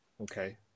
okay